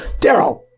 Daryl